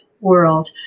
world